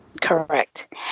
Correct